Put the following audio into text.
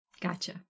Gotcha